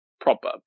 proper